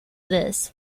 this